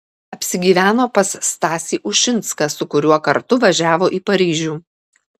apsigyveno pas stasį ušinską su kuriuo kartu važiavo į paryžių